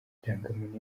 irangamuntu